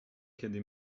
kiedy